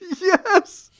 Yes